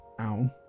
Ow